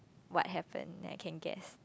what happen then I can guess